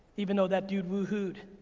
even though that dude woohoo'd,